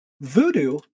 Voodoo